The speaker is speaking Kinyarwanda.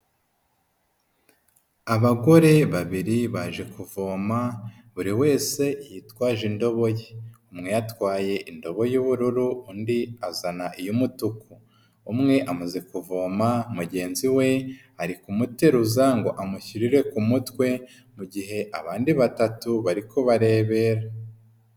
Abagore babiri baje kuvoma, buri wese yitwaje indobo ye, umwe yatwaye indobo y'ubururu undi azana iy'umutuku, umwe amaze kuvoma mugenzi we ari kumuteruza ngo amushyirire ku mutwe, mu gihe abandi batatu bari kubarebera.